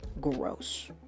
gross